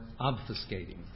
obfuscating